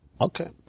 okay